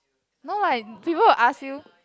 no like people will ask you